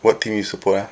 what team you support ah